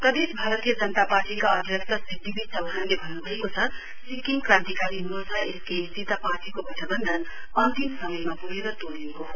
BJP प्रदेश भारतीय जनता पार्टीका अध्यक्ष श्री डी वी चौहानले भन्न्भएको छ सिक्किम क्रान्तिकारी मोर्चा एसकेएम सित पार्टीको गठबन्धन अन्तिम समयमा पुगेर तोडिएको हो